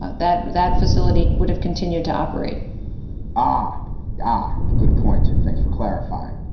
that that facility would have continued to operate ah ah good point. thanks for clarifying.